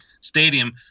stadium